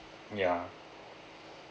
ya